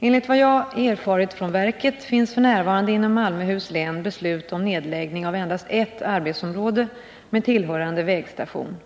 Enligt vad jag erfarit från verket finns f. n. inom Malmöhus län beslut om nedläggning av endast ett arbetsområde med tillhörande vägstation.